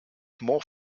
more